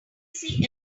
see